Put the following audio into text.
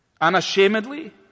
unashamedly